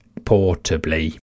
portably